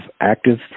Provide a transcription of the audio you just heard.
active